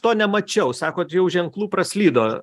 to nemačiau sakot jau ženklų praslydo